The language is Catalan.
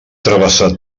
travessar